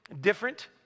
different